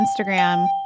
Instagram